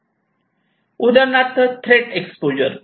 उदाहरणार्थ threat exposure